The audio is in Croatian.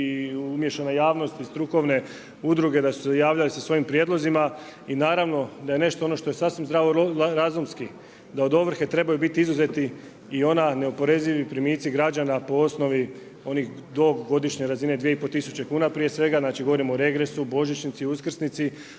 i umiješana javnost i strukovne udruge da su se javljale sa svojim prijedlozima. I naravno da je nešto ono što je sasvim zdravo razumski da od ovrhe trebaju biti izuzeti i oni neoporezivi primitci građana po osnovi onih do godišnje razine 2,5 tisuće kuna prije svega. Znači govorimo o regresu, božićnici i uskrsnici,